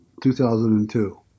2002